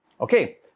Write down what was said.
Okay